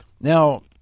Now